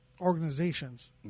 organizations